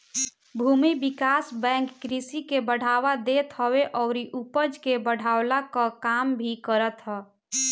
भूमि विकास बैंक कृषि के बढ़ावा देत हवे अउरी उपज के बढ़वला कअ काम भी करत हअ